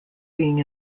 being